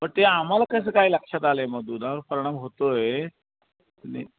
पण ते आम्हाला कसं काय लक्षात आलं आहे मग दुधावर परिणाम होतो आहे आणि